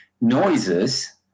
noises